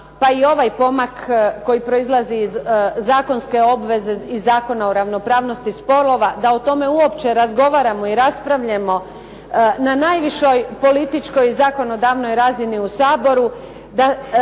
pa i ovaj pomak koji proizlazi iz zakonske obveze iz Zakona o ravnopravnosti spolova da o tome uopće razgovaramo i raspravljamo na najvišoj političkoj i zakonodavnoj razini u Saboru,